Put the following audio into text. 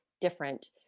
different